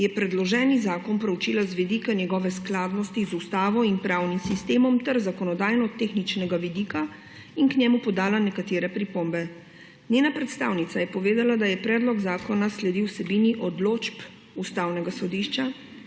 je predloženi zakon proučila z vidika njegove skladnosti z ustavo in pravnim sistemom ter z zakonodajno-tehničnega vidika in k njemu podala nekatere pripombe. Njena predstavnica je povedala, da je predlog zakona sledil vsebini odločb Ustavnega sodišča